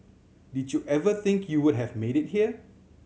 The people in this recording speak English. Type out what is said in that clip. did you ever think you would have made it here